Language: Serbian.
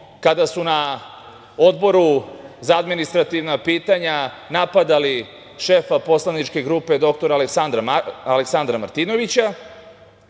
kada su na Odboru za administrativna pitanja napadali šefa poslaničke grupe dr Aleksandra Martinovića,